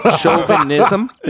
chauvinism